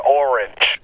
orange